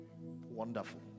wonderful